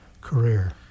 career